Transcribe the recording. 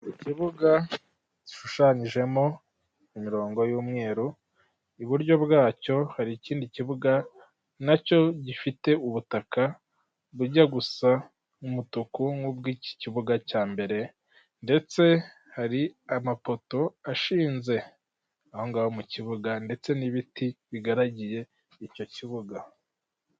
Ikibuga gishushanyijemo imirongo y'umweru iburyo bwacyo hari ikindi kibuga nacyo gifite ubutaka bujya gusa umutuku nk'ubw'iki kibuga cyambere ndetse hari amapoto ashinze ahongaho mu kibuga ndetse n'ibiti bigaragiye icyo kibuga.